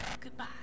goodbye